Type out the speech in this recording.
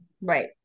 Right